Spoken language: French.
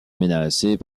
menacés